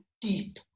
deep